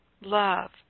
love